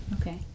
okay